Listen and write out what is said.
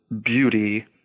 beauty